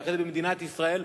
ואחרי זה במדינת ישראל,